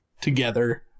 together